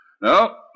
No